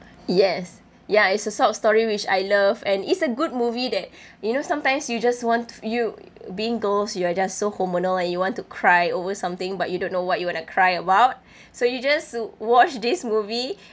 yes ya it's a sort of story which I love and it's a good movie that you know sometimes you just want you being girls you are just so hormonal and you want to cry over something but you don't know what you want to cry about so you just watch this movie